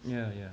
yeah yeah